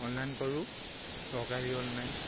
online কৰোঁ চৰকাৰী online